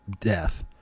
death